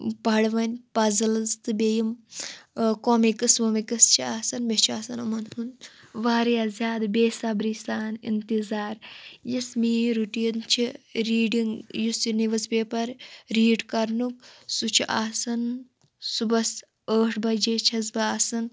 پَرٕ وۄنۍ پَزٕلٕز تہِ بیٚیہِ یِم کومِکٕس وومِکٕس چھِ آسان مےٚ چھِ آسان یِمَن ہُنٛد واریاہ زیادٕ بے صبری سان اِنتظار یُس مےٚ یہِ رُٹیٖن چھِ ریٖڈِنگ یُس یہِ نِوٕز پیپَر ریٖڈ کَرنُک سُہ چھِ آسان صُبحَس ٲٹھ بَجے چھَس بہٕ آسان